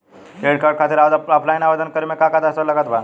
Credit card खातिर offline आवेदन करे म का का दस्तवेज लागत बा?